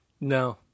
no